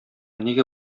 нигә